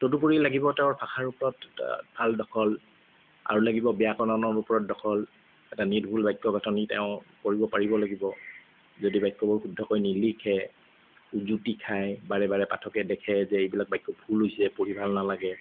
তদুপৰি তেওঁৰ লাগিব ভাষাৰ ওপৰত ভাল দখল আৰু লাগিব ব্যাকৰণৰ ওপৰত দখল এটা নিৰ্ভুল বাক্য গাঁথনি তেওঁ কৰিব পাৰিব লাগিব যদি বাক্যবোৰ শুদ্ধকৈ নিলিখে উজুটি খায় পাঠকে বাৰে বাৰে দেখে যে এইবিলাক বাক্য ভুল হৈছে পঢ়ি ভাল নালাগে